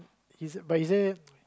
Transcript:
he say but he said